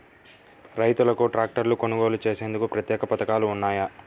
రైతులకు ట్రాక్టర్లు కొనుగోలు చేసేందుకు ప్రత్యేక పథకాలు ఉన్నాయా?